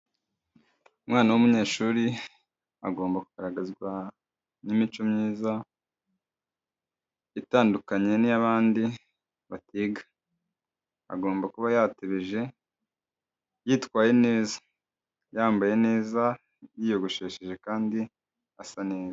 Umwana w'umunyeshuri agomba kugaragazwa n'imico myiza itandukanye n'iy'abandi batiga, agomba kuba yatebeje, yitwaye neza yambaye neza, yiyogoshesheje kandi asa neza.